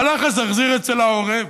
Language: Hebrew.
הלך הזרזיר אצל העורב,